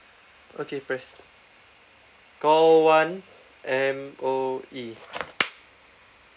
okay pressed call one M_O_E